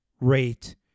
rate